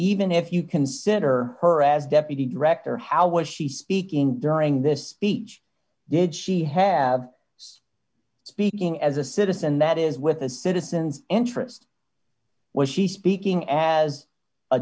even if you consider her as deputy d director how was she speaking during this speech did she have speaking as a citizen that is with the citizens interest was she speaking as a